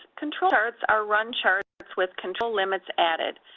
control charts are run charts with control limits added.